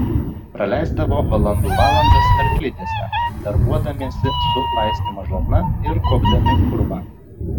praleisdavo valandų valandas arklidėse darbuodamiesi su laistymo žarna ir kuopdami purvą